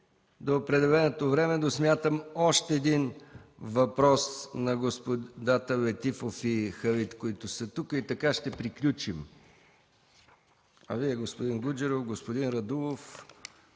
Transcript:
до определеното време, но смятам да минем още един въпрос – на господата Летифов и Халит, които са тук, и така ще приключим. А Вие, господин Гуджеров, господин Радулов,